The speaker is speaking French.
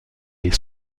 les